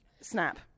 Snap